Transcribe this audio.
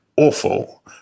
awful